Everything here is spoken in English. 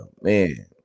man